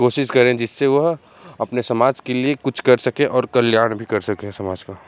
कोशिश करें जिससे वह अपने समाज के लिए कुछ कर सकें और कल्याण भी कर सकें समाज का